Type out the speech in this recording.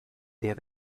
der